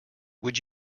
would